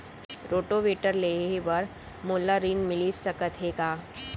Rotavator लेहे बर मोला ऋण मिलिस सकत हे का?